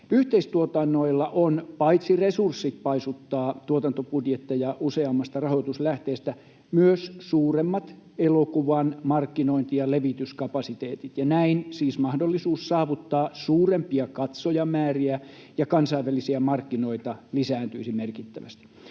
Yhteistuotannoilla on paitsi resurssit paisuttaa tuotantobudjetteja useammista rahoituslähteistä myös suuremmat elokuvan markkinointi- ja levityskapasiteetit, ja näin siis mahdollisuus saavuttaa suurempia katsojamääriä ja kansainvälisiä markkinoita lisääntyisi merkittävästi.